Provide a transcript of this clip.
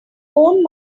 own